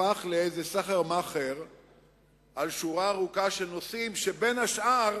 הפך לסחר-מכר על שורה ארוכה של נושאים, ובין השאר